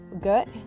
good